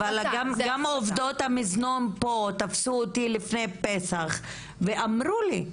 אבל גם עובדות המזנון פה תפסו אותי לפני פסח ואמרו לי,